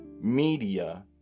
Media